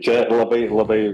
čia labai labai